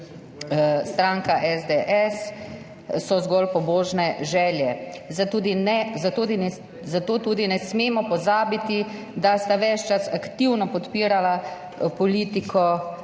stranka SDS, so zgolj pobožne želje. Zato tudi ne smemo pozabiti, da sta ves čas aktivno podpirala politiko